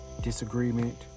disagreement